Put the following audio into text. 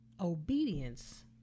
Obedience